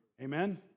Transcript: Amen